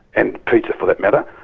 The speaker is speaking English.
and pizza for that matter.